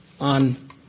on